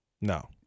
No